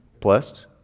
Blessed